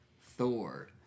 Thor